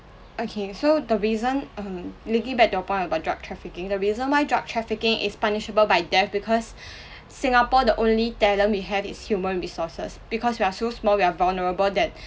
okay so the reason err linking back to your point about drug trafficking the reason why drug trafficking is punishable by death because singapore the only talent we have is human resources because we are so small we are vulnerable that